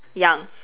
young